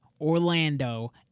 Orlando